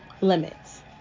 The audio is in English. limits